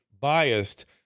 biased